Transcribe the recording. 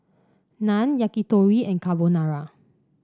Naan Yakitori and Carbonara